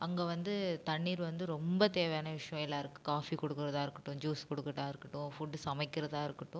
அங்கே வந்து தண்ணீர் வந்து ரொம்ப தேவையான விஷயம் எல்லோருக்கும் காஃபி கொடுக்கறதா இருக்கட்டும் ஜூஸ் கொடுக்கறதா இருக்கட்டும் ஃபுட்டு சமைக்கிறதாக இருக்கட்டும்